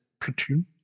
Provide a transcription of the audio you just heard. Platoon